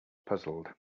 puzzled